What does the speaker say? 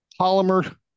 polymer